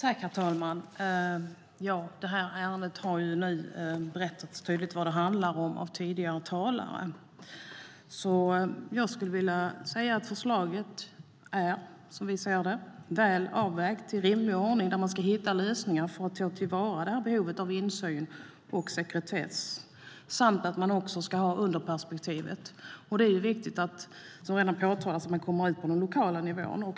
Herr talman! Det har nu tydligt berättats vad ärendet handlar om av tidigare talare. Jag skulle vilja säga att förslaget, som vi ser det, är väl avvägt i rimlig ordning för att man ska hitta lösningar för att ta till vara behovet av insyn och sekretess. Man ska också ha underifrånperspektivet. Som redan har påtalats här är det viktigt att man kommer ut på den lokala nivån.